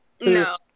No